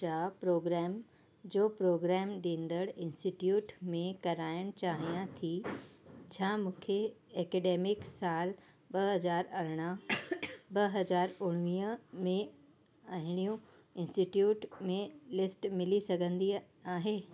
जा प्रोग्राम जो प्रोग्राम ॾींदड़ इंस्टिट्यूट में कराइणु चाहियां थी छा मूंखे ऐकेडमिक सालु ॿ हज़ार अरिड़हां ॿ हज़ार उणिवीह में अहिड़ियूं इंस्टिट्यूट में लिस्ट मिली सघंदी आहे